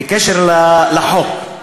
בקשר לחוק,